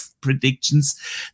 predictions